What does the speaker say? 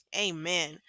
amen